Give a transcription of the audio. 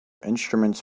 instruments